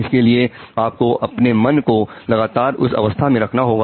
इसके लिए आपको अपने मन को लगातार उस अवस्था में रखना होगा